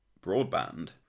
Broadband